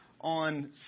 on